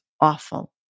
awful